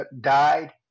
died